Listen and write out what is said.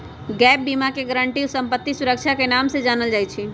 gap बीमा के guarantee संपत्ति सुरक्षा के नाम से जानल जाई छई